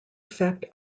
effect